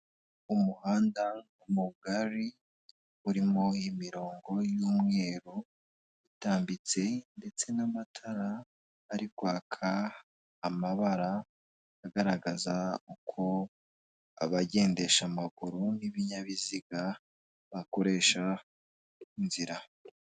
Umuhanda mugari urimo imirongo y'umweru itambitse ndetse n'amatara ari kwaka amabara agaragaza uko abagendesha amaguru n'ibinyabiziga bakoresha inzira.